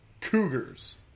Cougars